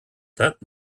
that